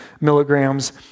milligrams